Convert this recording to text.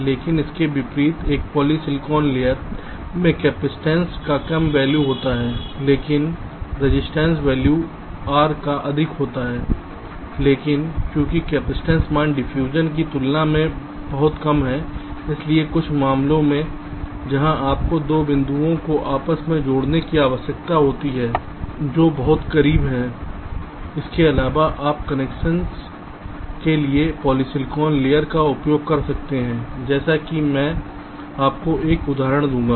लेकिन इसके विपरीत एक पॉलीसिलिकॉन लेयर में कैपेसिटेंस का कम वैल्यू होता है लेकिन रजिस्टेंस वैल्यू R का अधिक होता है लेकिन चूंकि कैपेसिटेंस मान डिफ्यूजन की तुलना में बहुत कम है इसलिए कुछ मामलों के लिए जहां आपको 2 बिंदुओं को आपस में जोड़ने की आवश्यकता होती है जो बहुत करीब है इसके अलावा आप कनेक्शन के लिए पॉलीसिलिकॉन लेयर का उपयोग कर सकते हैं जैसे कि मैं आपको एक उदाहरण दूंगा